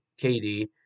KD